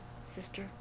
Sister